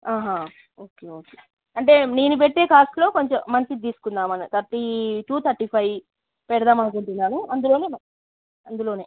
okay okay అంటే నేను పెట్టే కాస్ట్లో కొంచెం మంచిది తీసుకుందామని థర్టీ టు థర్టీ ఫైవ్ పెడదాము అనుకుంటున్నాను అందులోనే అందులోనే